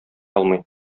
алмый